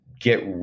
get